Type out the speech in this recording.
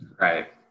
right